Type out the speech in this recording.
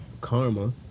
Karma